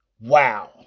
Wow